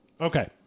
Okay